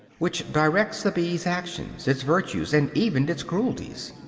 which directs the bee's actions, its virtues, and even its cruelties.